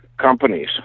companies